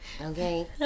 Okay